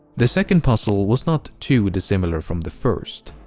the second puzzle was not too dissimilar from the first.